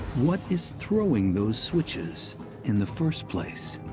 what is throwing those switches in the first place?